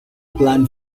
plan